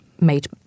made